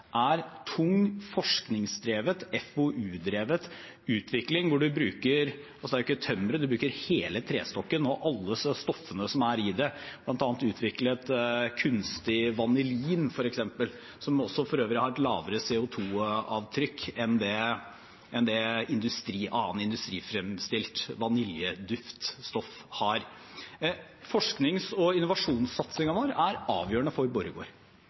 er tung, forskningsdrevet, FoU-drevet utvikling hvor en ikke bruker bare tømmeret, men hele trestokken og alle stoffene i den. De har bl.a. utviklet kunstig vanillin, som for øvrig har lavere CO 2 -avtrykk enn annet industrifremstilt vaniljeduftstoff har. Forsknings- og innovasjonssatsingen vår er avgjørende for